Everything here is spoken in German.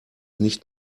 nicht